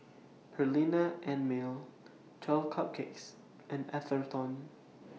Perllini and Mel twelve Cupcakes and Atherton